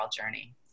journey